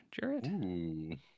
Jared